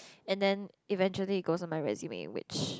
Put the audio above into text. and then eventually it goes on my resume which